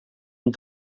amb